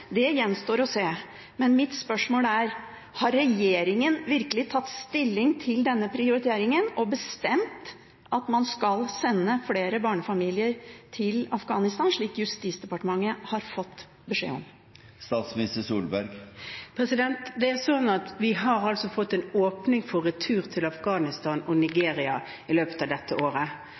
Det gjenstår å se, men mitt spørsmål er: Har regjeringen virkelig tatt stilling til denne prioriteringen og bestemt at man skal sende flere barnefamilier til Afghanistan, slik Justisdepartementet har fått beskjed om? Det er sånn at vi har fått en åpning for retur til Afghanistan og Nigeria i løpet av dette året.